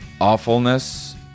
awfulness